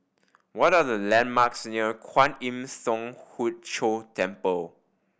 what are the landmarks near Kwan Im Thong Hood Cho Temple